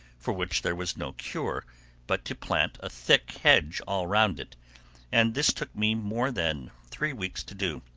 for which there was no cure but to plant a thick hedge all round it and this took me more than three weeks to do.